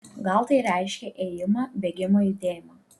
gal tai reiškia ėjimą bėgimą judėjimą